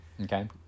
Okay